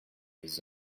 les